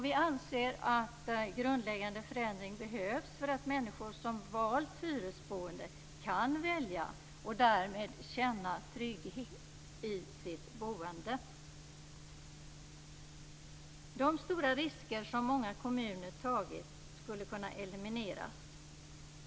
Vi anser att en grundläggande förändring behövs för att människor som valt hyresboende kan välja och därmed känna trygghet i sitt boende. De stora risker som många kommuner tagit skulle kunna elimineras.